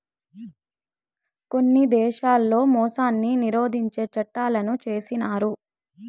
కొన్ని దేశాల్లో మోసాన్ని నిరోధించే చట్టంలను చేసినారు